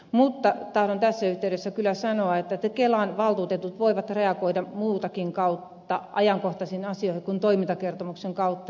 mutta tahdon tässä yhteydessä kyllä sanoa että kelan valtuutetut voivat reagoida muutakin kautta ajankohtaisiin asioihin kuin toimintakertomuksen kautta